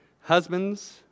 Husbands